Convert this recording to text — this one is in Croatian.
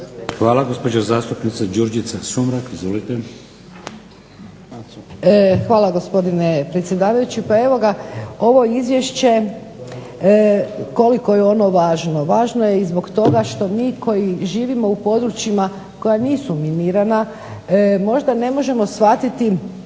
Hvala gospodine predsjedavajući. Pa evo ga, ovo izvješće koliko je ono važno. Važno je i zbog toga što mi koji živimo u područjima koja nisu minirana možda ne možemo shvatiti